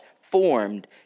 formed